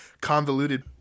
convoluted